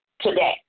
today